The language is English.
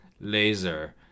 Laser